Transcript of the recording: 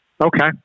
okay